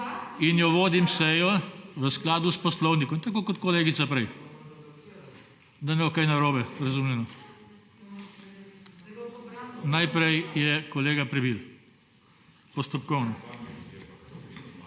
Sejo vodim v skladu s poslovnikom, tako kot kolegica prej, da ne bo kaj narobe razumljeno. Najprej kolega Prebil, postopkovno.